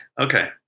Okay